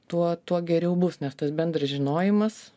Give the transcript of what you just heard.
tuo tuo geriau bus nes tas bendras žinojimas